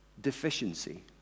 deficiency